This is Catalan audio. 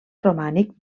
romànic